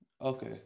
Okay